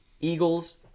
Eagles